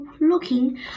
looking